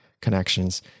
connections